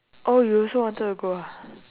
oh you also wanted to go ah